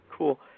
Cool